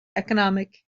economic